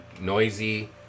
noisy